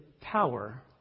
power